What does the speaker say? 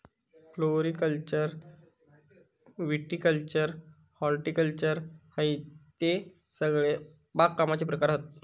floriculture viticulture horticulture हयते सगळे बागकामाचे प्रकार हत